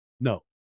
no